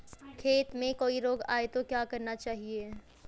खेत में कोई रोग आये तो क्या करना चाहिए?